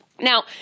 Now